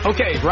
Okay